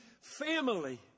family